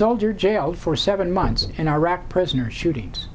soldier jailed for seven months in iraq prisoner shootings